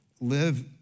live